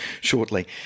shortly